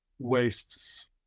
wastes